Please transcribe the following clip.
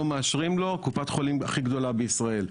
מאשרים לו בקופת חולים הכי גדולה בישראל.